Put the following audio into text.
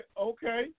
okay